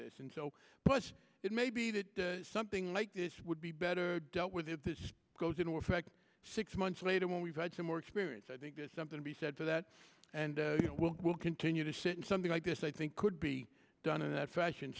this and so but it may be that something like this would be better dealt with if this goes into effect six months later when we've had some more experience i think there's something to be said for that and we'll continue to see something like this i think could be done in that fashion